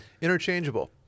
Interchangeable